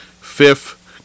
Fifth